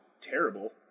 terrible